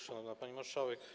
Szanowna Pani Marszałek!